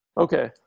Okay